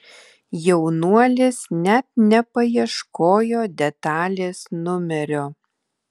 jaunuolis net nepaieškojo detalės numerio